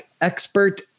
expert